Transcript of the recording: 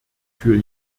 für